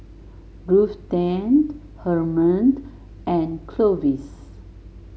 Ruthanne Herman and Clovis